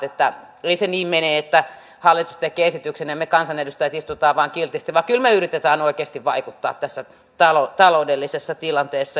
että ei se niin mene että hallitus tekee esityksen ja me kansanedustajat istumme vain kiltisti vaan kyllä me yritämme oikeasti vaikuttaa tässä taloudellisessa tilanteessa